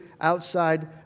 outside